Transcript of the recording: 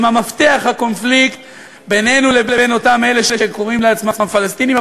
המפתח לקונפליקט בינינו לבין אותם אלה שקוראים לעצמם פלסטינים,